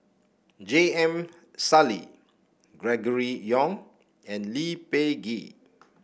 J M Sali Gregory Yong and Lee Peh Gee